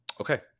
Okay